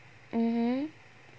mmhmm